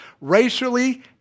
racially